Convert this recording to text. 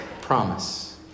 promise